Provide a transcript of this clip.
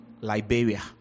Liberia